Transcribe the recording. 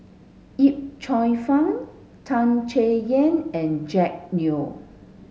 Yip Cheong Fun Tan Chay Yan and Jack Neo